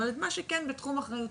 אבל את מה שכן בתחום אחריותך,